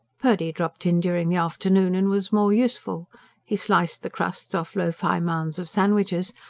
purdy dropped in during the afternoon and was more useful he sliced the crusts off loaf-high mounds of sandwiches,